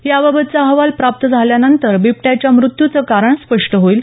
याबाबतचा अहवाल प्राप्त झाल्यानंतर बिबट्याच्या मृत्यूचं कारण स्पष्ट होईल